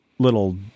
little